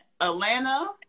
Atlanta